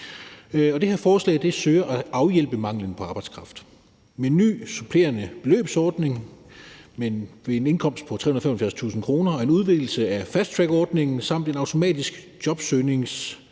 Det her forslag søger at afhjælpe manglen på arbejdskraft med en ny supplerende beløbsordning ved en indkomst på 375.000 kr. og en udvidelse af fasttrackordningen samt et automatisk jobsøgningsophold